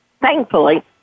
thankfully